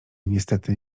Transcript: niestety